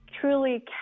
truly